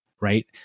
right